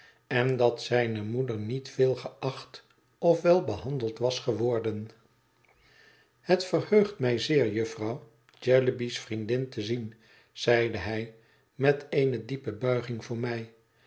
en dat zijne moeder niet veel geacht of wel behandeld was geworden het verheugt mij zeer jufvrouw jellyby's vriendin te zien zeide hij met eene diepe buiging voor mij